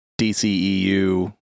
DCEU